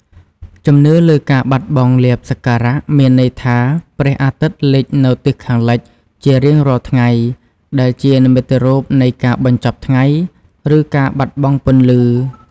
ជំនឿលើការបាត់បង់លាភសក្ការៈ មានន័យថាព្រះអាទិត្យលិចនៅទិសខាងលិចជារៀងរាល់ថ្ងៃ ដែលជានិមិត្តរូបនៃការបញ្ចប់ថ្ងៃ ឬការបាត់បង់ពន្លឺ។